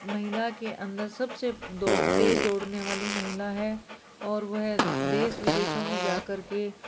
महिला के अंदर सबसे दौ तेज दौड़ने वाली महिला है और वह देश विदेशों में जा करके